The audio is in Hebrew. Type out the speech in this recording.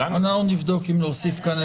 נבדוק אם להוסיף.